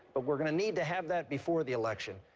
but we're going to need to have that before the election,